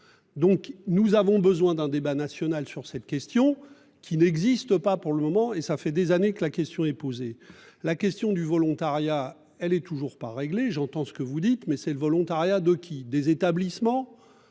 Donc nous avons besoin d'un débat national sur cette question, qui n'existe pas pour le moment et ça fait des années que la question est posée la question du volontariat. Elle est toujours pas réglé. J'entends ce que vous dites mais c'est le volontariat de qui, des établissements.